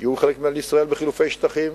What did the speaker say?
יהיו חלק ממדינת ישראל בחילופי שטחים.